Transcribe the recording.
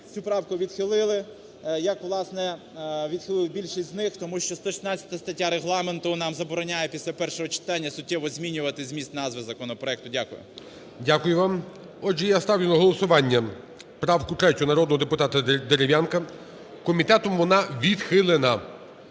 цю правку відхилити, як, власне, відхилили більшість з них, тому що 116 стаття Регламенту нам забороняє після першого читання суттєво змінювати зміст назви законопроекту. Дякую. ГОЛОВУЮЧИЙ. Дякую вам. Отже, я ставлю на голосування правку 3 народного депутата Дерев'янка, комітетом вона відхилена.